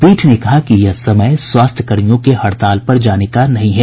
पीठ ने कहा कि यह समय स्वास्थ्य कर्मियों के हड़ताल पर जाने का नहीं है